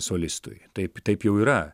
solistui taip taip jau yra